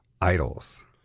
Idols